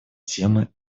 темы